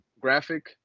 graphic